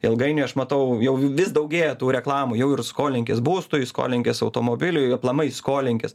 ilgainiui aš matau jau vis daugėja tų reklamų jau ir skolinkis būstui skolinkis automobiliui aplamai skolinkis